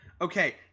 okay